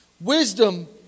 Wisdom